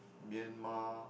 Myanmar